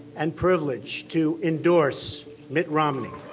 and privilege to endorse mitt romney.